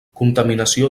contaminació